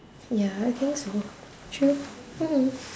ya I think so true mmhmm